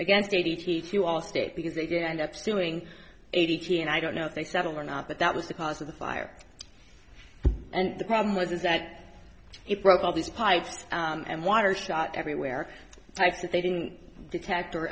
against a t t to all state because they did end up suing a t t and i don't know if they settled or not but that was the cause of the fire and the problem was is that it broke all these pipes and water shot everywhere types that they didn't detect or